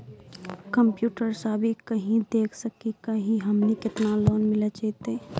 Computer सा भी कही देख सकी का की हमनी के केतना लोन मिल जैतिन?